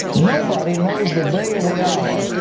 nobody knows the day or the hour.